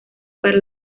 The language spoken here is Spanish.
para